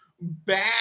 bad